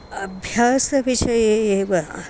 अभ्यासविषये एव